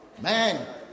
Man